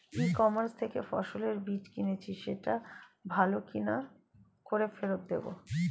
ই commerce থেকে ফসলের বীজ কিনেছি সেটা ভালো না কি করে ফেরত দেব?